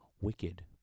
wicked